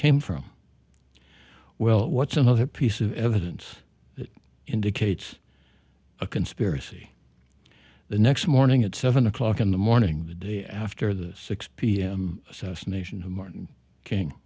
came from well what's another piece of evidence that indicates a conspiracy the next morning at seven o'clock in the morning the day after the six pm assassination of martin king